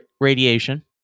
radiation